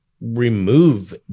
remove